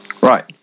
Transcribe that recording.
Right